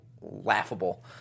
laughable